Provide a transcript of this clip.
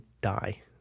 die